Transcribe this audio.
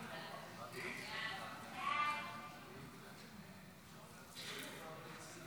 חוק הבנקאות (רישוי) (תיקון מס' 32),